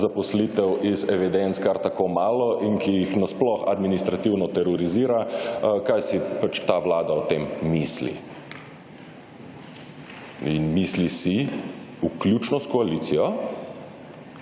zaposlitev iz evidenc kar tako malo in ki jih na sploh administrativno terorizira, kaj si pač ta Vlada o tem misli. In misli si, vključno s koalicijo,